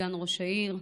סגן ראש העיר,